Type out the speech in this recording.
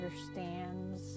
understands